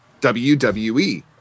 WWE